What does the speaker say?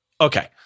Okay